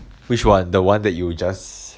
which [one] the [one] that you just